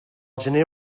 gener